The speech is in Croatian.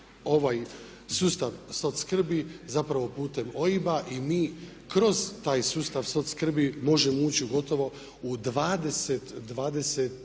ovaj sustav soc.skrbi zapravo putem OIB-a. I mi kroz taj sustav soc.skrbi možemo ući u gotovo u 20